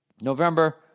November